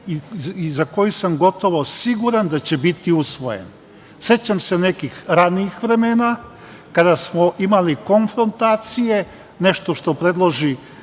za koji sam gotovo siguran da će biti usvojen.Sećam se nekih ranijih vremena kada smo imali konfrontacije, nešto što predloži